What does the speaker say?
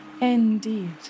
Indeed